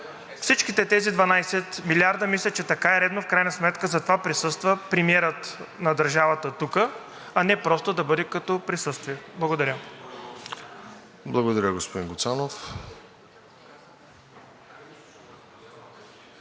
всичките тези 12 милиарда. Мисля, че така е редно, в крайна сметка затова присъства премиерът на държавата тук, а не просто да бъде като присъствие. Благодаря. ПРЕДСЕДАТЕЛ РОСЕН